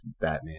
Batman